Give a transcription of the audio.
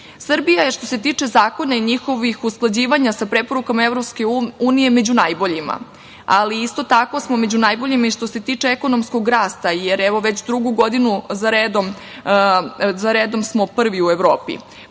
Srbija je što se tiče zakona i njihovih usklađivanja sa preporukama EU među najboljima, ali isto tako smo i među najboljima što se tiče ekonomskog rasta, jer evo već drugu godinu za redom smo prvi u Evropi. Pored